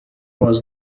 was